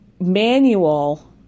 manual